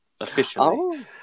officially